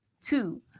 Two